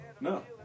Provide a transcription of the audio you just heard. No